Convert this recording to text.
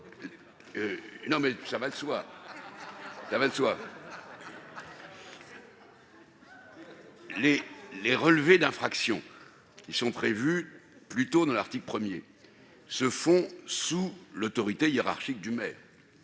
se dispenser d'écouter ? Les relevés d'infraction qui sont prévus plus tôt à l'article 1 se font sous l'autorité hiérarchique du maire.